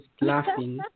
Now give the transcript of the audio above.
laughing